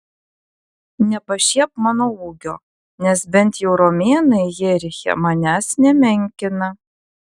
nepašiepk mano ūgio nes bent jau romėnai jeriche manęs nemenkina